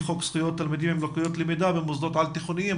חוק זכויות תלמידים עם לקויות למידה במוסדות על תיכוניים.